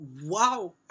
Wow